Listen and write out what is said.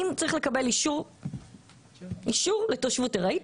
צריך לקבל אישור לתושבות ארעית?